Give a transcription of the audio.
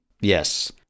Yes